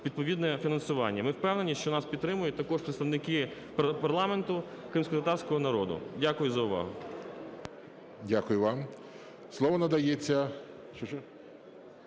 відповідне фінансування. Ми впевнені, що нас підтримають також представники парламенту, кримськотатарського народу. Дякую за увагу. ГОЛОВУЮЧИЙ. Дякую вам. Слово надається